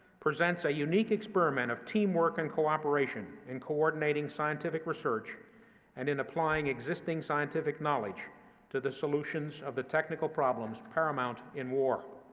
presents a unique experiment of teamwork and cooperation in coordinating scientific research and in applying existing scientific knowledge to the solutions of the technical problems paramount in war.